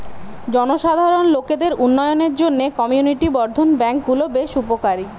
জনসাধারণ লোকদের উন্নয়নের জন্যে কমিউনিটি বর্ধন ব্যাংক গুলো বেশ উপকারী